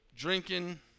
drinking